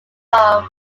album